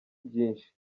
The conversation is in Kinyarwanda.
byinshi